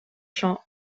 chants